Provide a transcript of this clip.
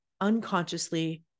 unconsciously